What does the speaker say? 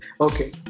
Okay